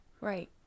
Right